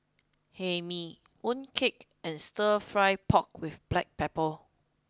Hae Mee mooncake and stir fry pork with black pepper